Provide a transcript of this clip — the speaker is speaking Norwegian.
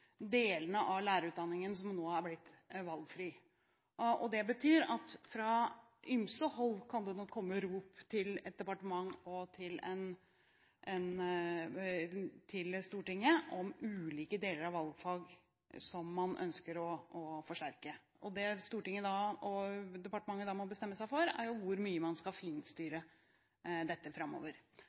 delene av lærerutdanningen som nå har blitt valgfrie. Det betyr at fra ymse hold kan det nok komme rop til et departement og til Stortinget om ulike deler av valgfag som man ønsker å forsterke. Det Stortinget og departementet da må bestemme seg for, er hvor mye man skal finstyre dette framover.